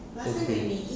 okay